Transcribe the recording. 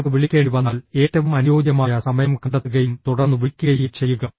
നിങ്ങൾക്ക് വിളിക്കേണ്ടി വന്നാൽ ഏറ്റവും അനുയോജ്യമായ സമയം കണ്ടെത്തുകയും തുടർന്ന് വിളിക്കുകയും ചെയ്യുക